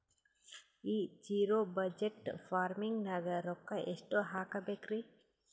ಈ zero budget farming ನಾಗ್ ರೊಕ್ಕ ಎಷ್ಟು ಹಾಕಬೇಕರಿ?